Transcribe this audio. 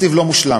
התקציב לא מושלם,